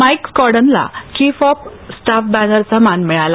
mic स्कॉड्रनला chief of staff बॅनरचा मान मिळाला